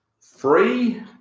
Free